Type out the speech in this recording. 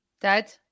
Dad